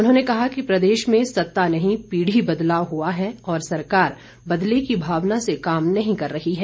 उन्होंने कहा कि प्रदेश में सत्ता नहीं पीढ़ी बदलाव हुआ है और सरकार बदले की भावना से काम नहीं कर रही है